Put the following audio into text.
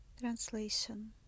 Translation